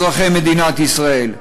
אזרחי מדינת ישראל.